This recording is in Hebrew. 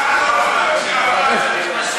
משאף?